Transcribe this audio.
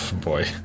Boy